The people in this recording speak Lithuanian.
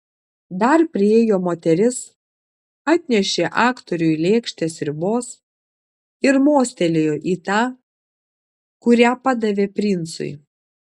dar priėjo moteris atnešė aktoriui lėkštę sriubos ir mostelėjo į tą kurią padavė princui